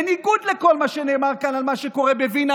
בניגוד לכל מה שנאמר כאן על מה שקורה בווינה,